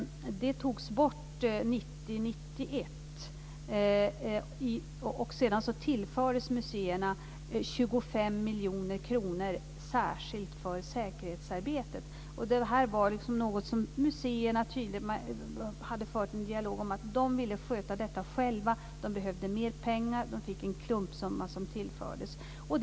Det togs bort 1990/91, och sedan tillfördes museerna 25 miljoner kronor särskilt för säkerhetsarbetet. Det var något som museerna tydligen hade fört en dialog om att de ville sköta själva. De behövde mer pengar. De tillfördes en klumpsumma.